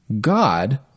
God